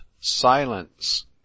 Silence